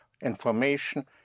information